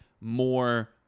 more